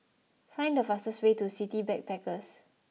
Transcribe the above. find the fastest way to City Backpackers